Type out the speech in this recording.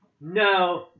No